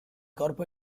corpo